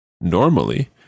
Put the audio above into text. normally